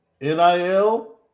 NIL